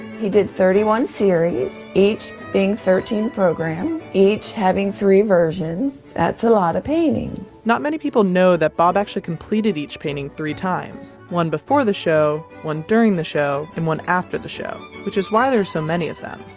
he did thirty one series, each being thirteen programs, each having three versions. that's a lot of paintings. not many people know that bob actually completed each painting three times one before the show, one during the show and one after the show. which is why there's so many of them.